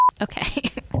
Okay